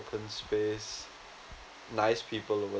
open space nice people over